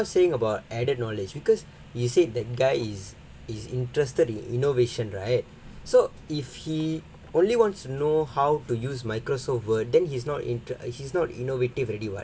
no I'm not saying about added knowledge because you said that guy is is interested in innovation right so if he only wants to know how to use Microsoft Word then he's not into he's not innovative already [what]